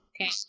Okay